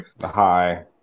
Hi